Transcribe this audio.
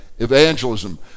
evangelism